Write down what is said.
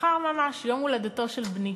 מחר ממש, יום הולדתו של בני.